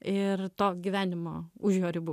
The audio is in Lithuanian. ir to gyvenimo už jo ribų